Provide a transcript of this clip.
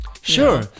Sure